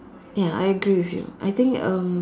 ya I agree with you I think um